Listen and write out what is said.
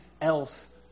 else